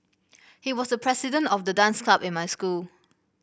he was the president of the dance club in my school